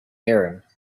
hear